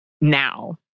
now